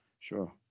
sure